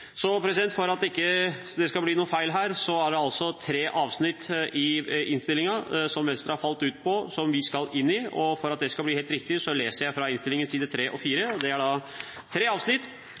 For at det ikke skal bli noe feil her – det er altså tre avsnitt i innstillingen hvor Venstre har falt ut, og skal inn – for at det skal bli helt riktig, leser jeg fra side 3 og 4 i innstillingen. Det er tre avsnitt,